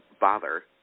bother